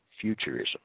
futurism